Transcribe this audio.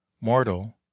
mortal